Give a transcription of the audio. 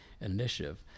initiative